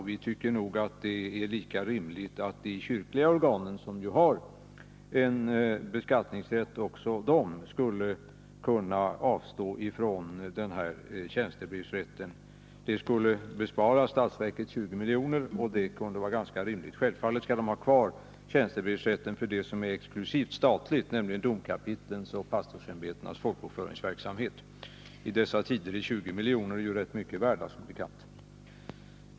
Vi tycker att det är lika rimligt att de kyrkliga organen, som ju också de har en beskattningsrätt, skulle kunna avstå från tjänstebrevsrätten. Det skulle spara 20 milj.kr.för statsverket. Självfallet skall tjänstebrevsrätten finnas kvar för det som är exklusivt statligt, dvs. domkapitlens och pastorsämbetenas folkbokföringsverksamhet. I dessa tider är som bekant 20 milj.kr. rätt mycket pengar.